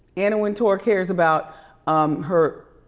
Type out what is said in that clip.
anna wintour cares about her